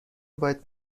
باید